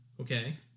okay